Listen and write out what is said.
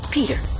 Peter